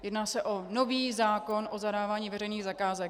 Jedná se o nový zákon o zadávání veřejných zakázek.